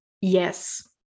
Yes